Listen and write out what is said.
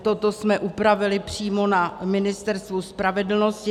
Toto jsme upravili přímo na Ministerstvu spravedlnosti.